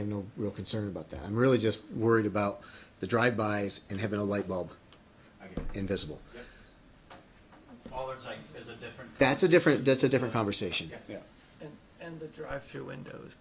have no real concern about that i'm really just worried about the drive by and having a light bulb invisible all the time that's a different that's a different conversation and the drive through windows